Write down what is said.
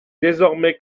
désormais